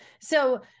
So-